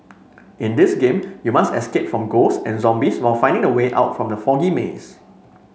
in this game you must escape from ghosts and zombies while finding the way out from the foggy maze